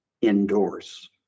indoors